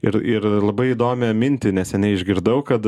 ir ir labai įdomią mintį neseniai išgirdau kad